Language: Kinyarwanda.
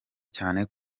cyane